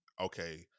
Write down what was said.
okay